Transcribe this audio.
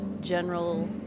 general